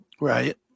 right